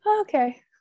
Okay